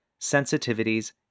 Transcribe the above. sensitivities